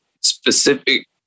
specific